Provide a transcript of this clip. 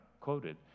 quoted